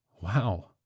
Wow